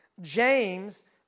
James